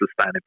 sustainability